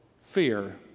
fear